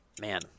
man